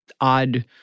odd